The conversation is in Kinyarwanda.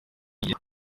imyaka